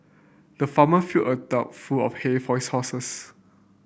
the farmer filled a trough full of hay for his horses